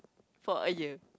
for a year